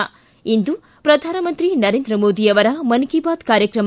ಿ ಇಂದು ಪ್ರಧಾನಮಂತ್ರಿ ನರೇಂದ್ರ ಮೋದಿ ಅವರ ಮನ್ ಕಿ ಬಾತ್ ಕಾರ್ಯಕ್ರಮ